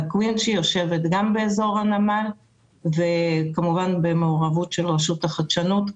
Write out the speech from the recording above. שיושבת גם באזור הנמל וכמובן במעורבות של רשות החדשנות.